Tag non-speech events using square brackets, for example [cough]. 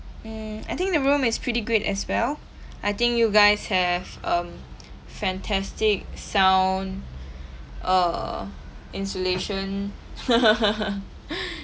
mm I think the room is pretty good as well I think you guys have um fantastic sound err insulation [laughs]